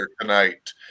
tonight